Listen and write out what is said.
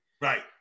Right